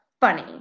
funny